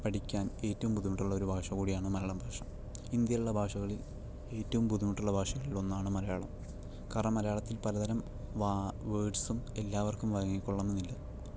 പഠിക്കാൻ ഏറ്റവും ബുദ്ധിമുട്ടുള്ളൊരു ഭാഷ കൂടിയാണ് മലയാളം ഭാഷ ഇന്ത്യയിലുള്ള ഭാഷകളിൽ ഏറ്റവും ബുദ്ധിമുട്ടുള്ള ഭാഷകളിൽ ഒന്നാണ് മലയാളം കാരണം മലയാളത്തിൽ പലതരം വേർഡ്സും എല്ലാവർക്കും വഴങ്ങിക്കോളണം എന്നില്ല